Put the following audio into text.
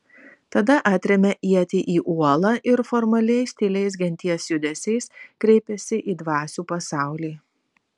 tada atrėmė ietį į uolą ir formaliais tyliais genties judesiais kreipėsi į dvasių pasaulį